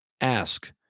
ask